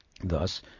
Thus